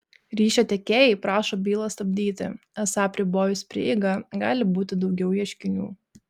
ryšio tiekėjai prašo bylą stabdyti esą apribojus prieigą gali būti daugiau ieškinių